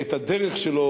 ואת הדרך שלו,